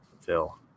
phil